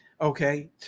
Okay